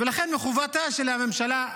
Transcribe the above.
לכן מחובתה של הממשלה,